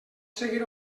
seguir